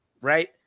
right